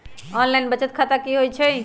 Online बचत खाता की होई छई?